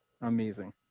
amazing